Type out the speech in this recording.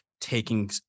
taking